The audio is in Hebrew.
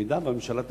במידה שהממשלה תגיש,